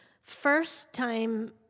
first-time